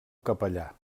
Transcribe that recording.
capellà